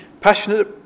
passionate